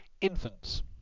Infants